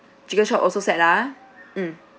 chicken chop also set ah mm